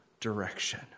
direction